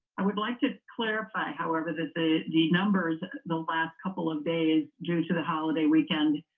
i would like to clarify however, that the the numbers the last couple of days due to the holiday weekend,